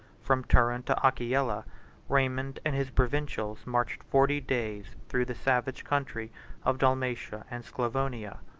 from turin to aquileia, raymond and his provincials marched forty days through the savage country of dalmatia and sclavonia.